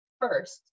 first